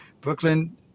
Brooklyn